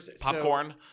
Popcorn